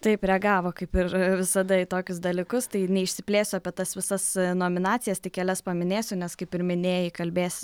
taip reagavo kaip ir visada į tokius dalykus tai neišsiplėsiu apie tas visas nominacijas tik kelias paminėsiu nes kaip ir minėjai kalbės